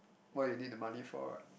what you need the money for lah